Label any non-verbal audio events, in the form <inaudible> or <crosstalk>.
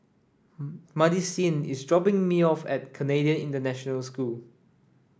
<unintelligible> Madisyn is dropping me off at Canadian International School